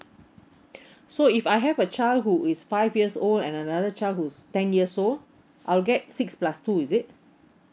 so if I have a child who is five years old and another child who's ten years old I'll get six plus two is it